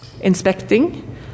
inspecting